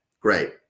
great